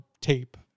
tape